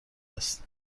است